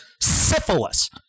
Syphilis